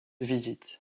visite